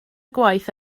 gwaith